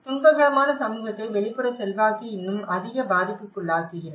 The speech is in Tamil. துன்பகரமான சமூகத்தை வெளிப்புற செல்வாக்கு இன்னும் அதிக பாதிப்புக்குள்ளாக்குகிறது